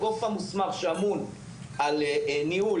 הגוף המוסמך שאמון על ניהול